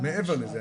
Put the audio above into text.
מעבר לזה,